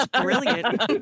Brilliant